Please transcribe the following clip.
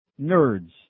nerds